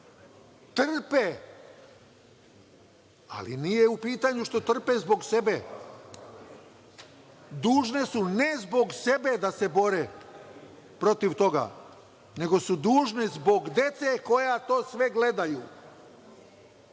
trpe, ali nije u pitanju što trpe zbog sebe, dužne su, ne zbog sebe da se bore protiv toga, nego su dužne zbog dece koja to sve gledaju